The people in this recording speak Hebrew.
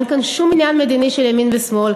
אין כאן שום עניין מדיני של ימין ושמאל.